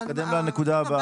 הנקודה הבאה.